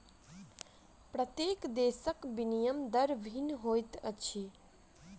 प्रत्येक देशक विनिमय दर भिन्न होइत अछि